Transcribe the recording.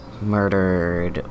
murdered